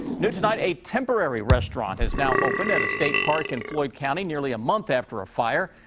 new tonight. a temporary restaurant has now opened at a state park in floyd county. nearly a month after a fire.